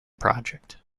project